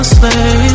slave